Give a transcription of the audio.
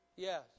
Yes